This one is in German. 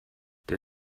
der